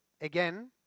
again